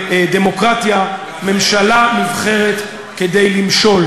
בדמוקרטיה ממשלה נבחרת כדי למשול,